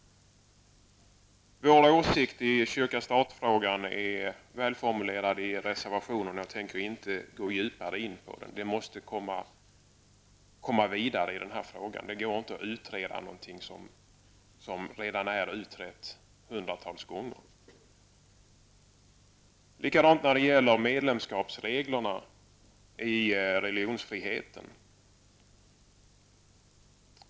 Våra åsikter i kyrka--stat-frågan är välformulerade i reservationerna, och jag tänker inte gå djupare in på dem. Den här frågan måste komma vidare. Det går inte att utreda någonting som redan är utrett hundratals gånger. Samma sak gäller medlemskapsreglerna i religionsfrihetslagen.